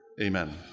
amen